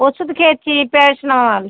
ওষুধ খেয়েছি প্যারাসিটামল